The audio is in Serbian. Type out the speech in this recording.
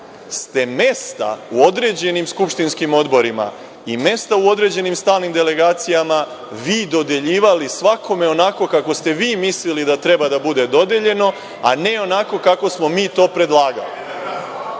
ste mesta u određenim skupštinskim odborima i mesta u određenim stalnim delegacijama vi dodeljivali svakome onako kako ste vi mislili da treba da bude dodeljeno, a ne onako kako smo mi to predlagali.U